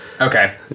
Okay